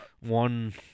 one